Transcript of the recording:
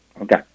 Okay